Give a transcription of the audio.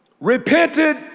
repented